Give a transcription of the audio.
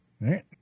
Right